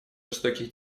жестоких